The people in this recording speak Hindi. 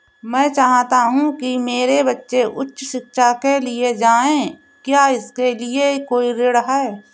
मैं चाहता हूँ कि मेरे बच्चे उच्च शिक्षा के लिए जाएं क्या इसके लिए कोई ऋण है?